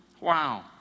Wow